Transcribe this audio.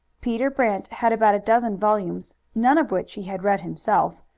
peter brant had about a dozen volumes, none of which he had read himself,